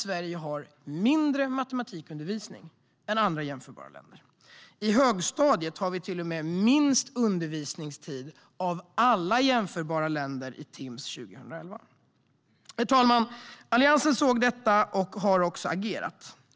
Sverige har mindre matematikundervisning än andra jämförbara länder. I högstadiet har vi till och med minst undervisningstid av alla jämförbara länder i Timss 2011. Herr talman! Alliansen såg detta och agerade.